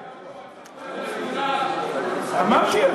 מדי, אמרתי.